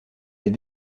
les